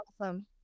awesome